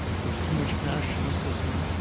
there was too much cash in the system,